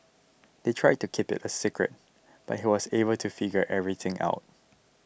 they tried to keep it a secret but he was able to figure everything out